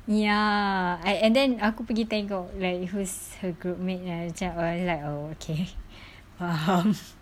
ya I and then aku pergi tengok like who is her groupmate kan macam like oh okay